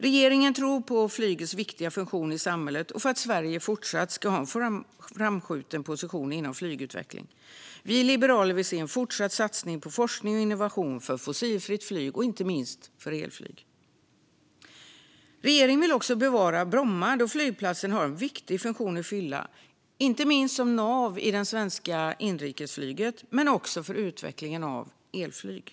Regeringen tror på flygets viktiga funktion i samhället och för att Sverige fortsatt ska ha en för de framskjuten position inom flygutvecklingen. Vi liberaler vill se en fortsatt satsning på forskning och innovation för fossilfritt flyg, inte minst för elflyg. Regeringen vill också bevara Bromma, då flygplatsen har en viktig funktion att fylla, inte minst som nav i det svenska inrikesflyget men också för utvecklingen av elflyg.